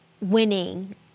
winning